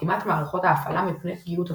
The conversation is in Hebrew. אטימת מערכות ההפעלה מפני פגיעות אבטחה.